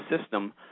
system